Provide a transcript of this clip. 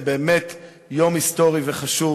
זה באמת יום היסטורי וחשוב,